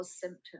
symptoms